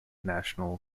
national